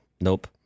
nope